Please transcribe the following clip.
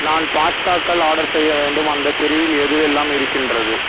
நான் பாஸ்தாக்கள் ஆர்டர் செய்ய வேண்டும் அந்தப் பிரிவில் எதுவெல்லாம் இருக்கின்றது